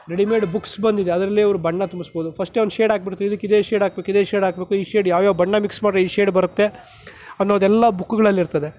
ready made books ಬಂದಿದೆ ಅದರಲ್ಲಿ ಅವ್ರು ಬಣ್ಣ ತುಂಬಿಸಬಹುದು ಫಸ್ಟ್ ಒಂದು ಶೇಡ್ ಹಾಕಿಬಿಡ್ತೀವಿ ಇದಕ್ಕೆ ಇದೇ ಶೇಡ್ ಹಾಕಬೇಕು ಇದೇ ಶೇಡ್ ಹಾಕಬೇಕು ಈ ಶೇಡ್ ಯಾವ್ಯಾವ ಬಣ್ಣ ಮಿಕ್ಸ್ ಮಾಡಿದರೆ ಈ ಶೇಡ್ ಬರುತ್ತೆ ಅನ್ನೋದೆಲ್ಲ ಬುಕ್ಗಳಲ್ಲಿ ಇರುತ್ತದೆ